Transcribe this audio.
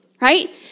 Right